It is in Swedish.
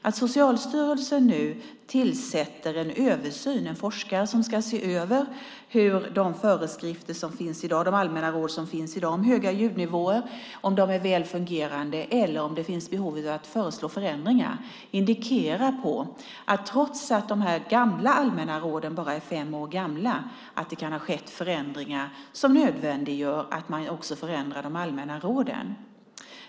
Att Socialstyrelsen nu tillsätter en forskare som ska se över om de allmänna råd som i dag finns om höga ljudnivåer är väl fungerande eller om det finns behov av förändringar indikerar att det, trots att de gamla råden bara är fem år gamla, kan ha skett förändringar som gör det nödvändigt att förändra också de allmänna råden.